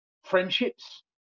friendships